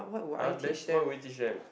!huh! then what would you teach them